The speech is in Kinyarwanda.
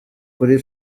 kuri